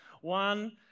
one